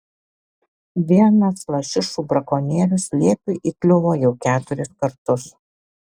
vienas lašišų brakonierius liepiui įkliuvo jau keturis kartus